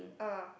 ah